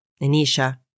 Anisha